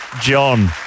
John